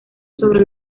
sobre